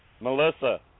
Melissa